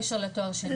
לא, אין קשר לתואר שני.